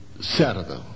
Saturday